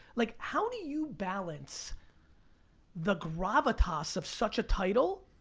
like how do you balance the gravitas of such a title,